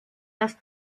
das